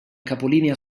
capolinea